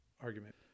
argument